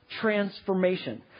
transformation